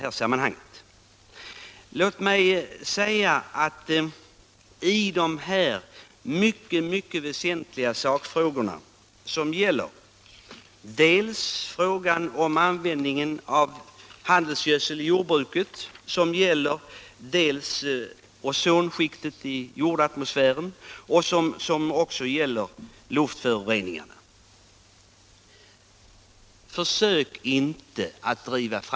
Låt mig säga: försök inte driva fram en debatt med syfte att visa att vi skulle ha lägre ambitioner när det gäller att lösa de mycket väsentliga sakfrågorna om användningen av handelsgödsel i jordbruket, om ozonskiktet i jordatmosfären och om luftföroreningarna!